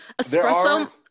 espresso